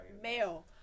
male